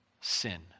sin